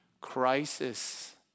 Crisis